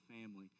family